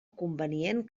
convenient